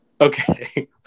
okay